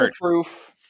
proof